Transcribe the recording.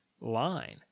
line